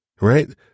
right